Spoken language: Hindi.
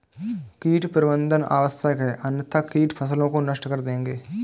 कीट प्रबंधन आवश्यक है अन्यथा कीट फसलों को नष्ट कर देंगे